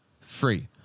free